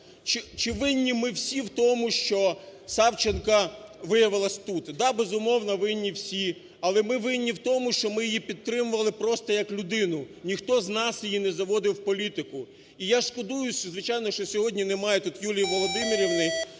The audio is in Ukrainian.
Чи винні ми всі в тому, що Савченко виявилась тут? Так, безумовно, винні всі. Але ми винні в тому, що ми її підтримували просто, як людину, ніхто з нас її не заводив в політику. І я шкодую, звичайно, що сьогодні немає тут Юлії Володимирівни,